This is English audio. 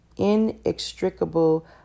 inextricable